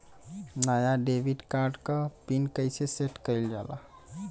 नया debit card क pin कईसे सेट कईल जाला?